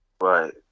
Right